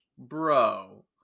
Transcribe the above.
bro